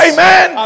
Amen